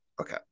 Okay